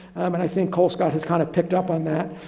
and i think colescott has kind of picked up on that.